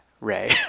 Ray